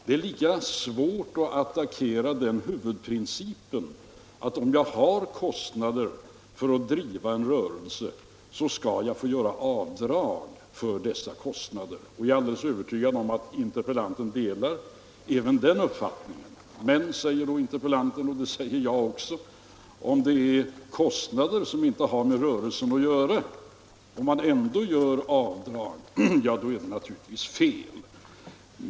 Det är mycket svårt att attackera den huvudprincipen —- om jag har kostnader för att driva en rörelse skall jag få göra avdrag för dessa kostnader. Och jag är alldeles övertygad om att interpellanten delar min uppfattning att det är riktigt. Men, säger interpellanten och det säger jag också, om det är kostnader som inte har med rörelsen att göra och avdrag ändå görs är det fel.